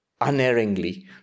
unerringly